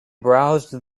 browsed